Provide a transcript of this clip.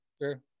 Sure